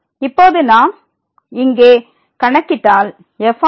இப்போது நான் இங்கே கணக்கிட்டால் f